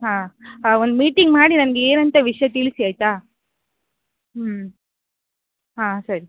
ಹಾಂ ಹಾಂ ಒಂದು ಮೀಟಿಂಗ್ ಮಾಡಿ ನನಗೆ ಏನಂತ ವಿಷಯ ತಿಳಿಸಿ ಆಯಿತಾ ಹ್ಞೂ ಹಾಂ ಸರಿ